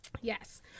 Yes